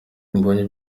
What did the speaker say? mbonye